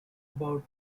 about